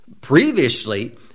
previously